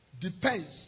depends